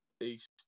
East